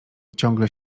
ciągle